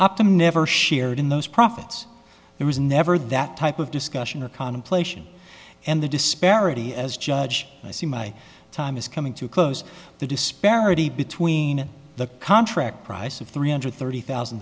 optima never shared in those profits there was never that type of discussion or contemplation and the disparity as judge i see my time is coming to a close the disparity between the contract price of three hundred thirty thousand